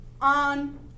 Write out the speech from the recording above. on